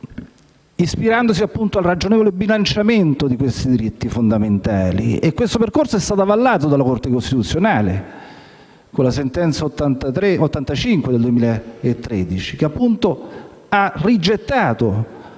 ispirandosi al ragionevole bilanciamento di questi diritti fondamentali. Questo percorso è stato avallato dalla Corte costituzionale con la sentenza n. 85 del 2013, che ha rigettato